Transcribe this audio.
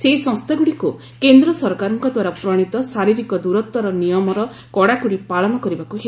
ସେହି ସଂସ୍ଥାଗୁଡ଼ିକୁ କେନ୍ଦ୍ର ସରକାରଙ୍କ ଦ୍ୱାରା ପ୍ରଣୀତ ଶାରିରୀକ ଦୂରତର ନିୟମର କଡ଼ାକଡ଼ି ପାଳନ କରିବାକୁ ହେବ